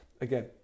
Again